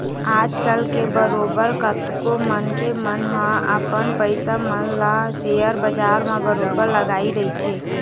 आजकल बरोबर कतको मनखे मन ह अपन पइसा मन ल सेयर बजार म बरोबर लगाए रहिथे